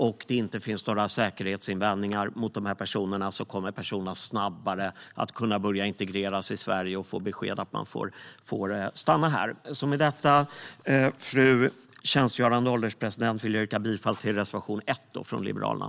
Om det inte finns några säkerhetsinvändningar mot dessa personer kommer de snabbare att få besked och snabbare att integreras i Sverige. Med detta, fru ålderspresident, vill jag yrka bifall till reservation 1 från Liberalerna.